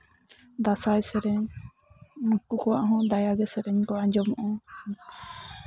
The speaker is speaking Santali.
ᱫᱟᱸᱥᱟᱭ ᱥᱮᱨᱮᱧ ᱩᱱᱠᱩ ᱠᱚᱣᱟᱜ ᱦᱚᱸ ᱫᱟᱭᱟᱜᱮ ᱥᱮᱨᱮᱧ ᱦᱚᱸ ᱟᱸᱡᱚᱢᱚᱜᱼᱟ